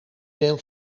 deel